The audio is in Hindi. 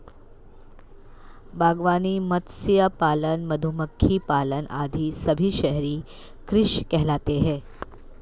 बागवानी, मत्स्य पालन, मधुमक्खी पालन आदि सभी शहरी कृषि कहलाते हैं